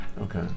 Okay